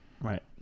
right